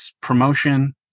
promotion